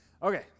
Okay